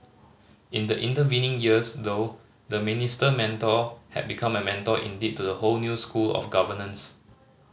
in the intervening years though the Minister Mentor had become a mentor indeed to a whole new school of governance